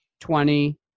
twenty